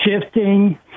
shifting